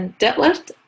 deadlift